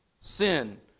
sin